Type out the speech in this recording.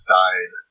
died